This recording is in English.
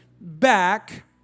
back